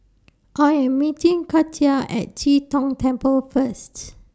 I Am meeting Katia At Chee Tong Temple First